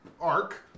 arc